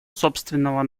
собственного